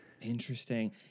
Interesting